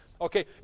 Okay